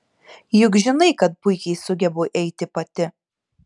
juk žinai kad puikiai sugebu eiti pati